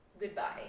Goodbye